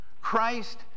Christ